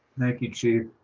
thank you, chief.